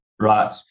Right